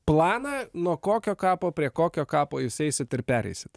planą nuo kokio kapo prie kokio kapo jūs eisit ir pereisit